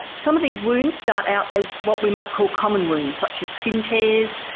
some of these wounds start out as what we might call common wounds such as skin tears,